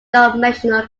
dimensional